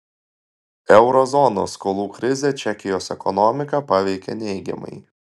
euro zonos skolų krizė čekijos ekonomiką paveikė neigiamai